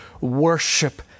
worship